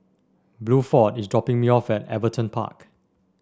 Bluford is dropping me off at Everton Park